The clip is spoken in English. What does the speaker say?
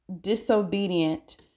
disobedient